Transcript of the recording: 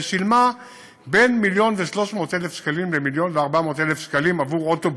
ושילמה בין 1.3 מיליון שקלים ל-1.4 מיליון שקלים עבור אוטובוס.